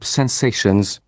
sensations